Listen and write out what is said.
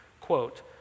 quote